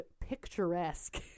picturesque